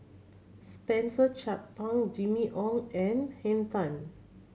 Spencer Chapman Ong Jimmy Ong and Henn Tan